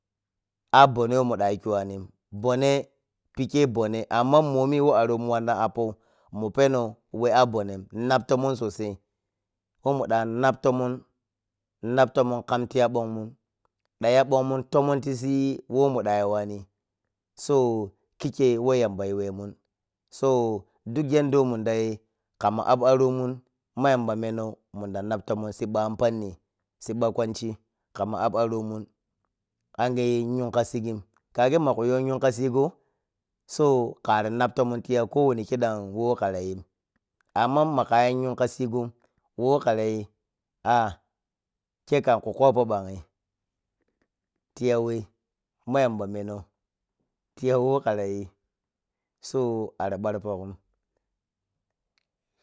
A bonne whe munɗayayi kyuwanin bonne pike bonne anima mbomi whe aromun wan na. appou, mu penou whei a bonnem nap tomon sosai, bho muɗa nap tomon, nap tomon kamtiya bonmun ɗ ha yabonmun tomon tisi whe muɗa yuwani so kikei whe yambayuwemun so duk yadda whe mundali kamma ap aromu ma yamba menou munda nap tomon sibba an panni, sibba kwanchi kammma ap aromun angeyi yukasigin kaga maka yo yun kasigo so kari nap tomon tiya kowani kiɗan who karayin amma makayi yun kasigon who karayi ah, khekan khu kopou banhi tiya wei ma yamba menov tiya who karayi so arabar pogom.